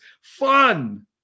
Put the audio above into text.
fun